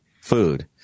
food